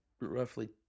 roughly